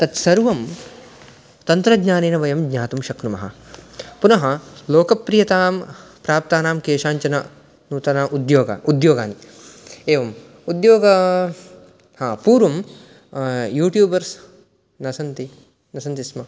तत् सर्वं तन्त्रज्ञानेन वयं ज्ञातुं शक्नुमः पुनः लोकप्रियतां प्राप्तानां केषाञ्चन नूतन उद्योग उद्योगान् एवम् उद्योगं पूर्वम् यूट्यूबर्स् न सन्ति न सन्ति स्म